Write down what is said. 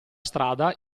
strada